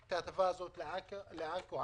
את העוול שנגרם לעיר עכו אל מול נהרייה השכנה.